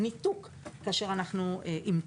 ניתוק כאשר המתנו.